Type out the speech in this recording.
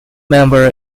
member